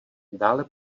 dále